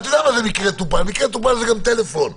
מקרה טופל זה גם טלפון.